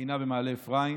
במכינה במעלה אפרים.